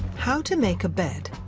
how to make a bed.